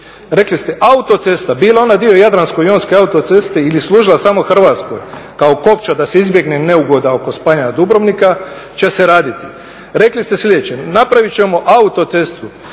Rekli ste, autocesta bila ona dio jadransko-jonske autoceste ili služila samo Hrvatskoj kao kopča da se izbjegne neugoda oko spajanja Dubrovnika će se raditi. Rekli ste sljedeće, napraviti ćemo autocestu,